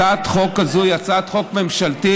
הצעת חוק זו היא הצעת חוק ממשלתית